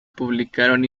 publicaron